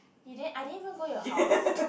you didn't I didn't even go your house